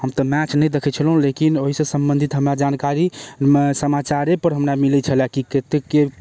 हम तऽ मैच नहि देखै छलहुँ लेकिन ओइसँ सम्बन्धित हमरा जानकारी समाचारेपर हमरा मिलै छलऽ कि केत्तेके